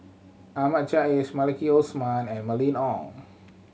Ahmad Jais Maliki Osman and Mylene Ong